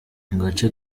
gace